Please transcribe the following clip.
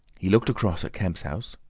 he looked across at kemp's house,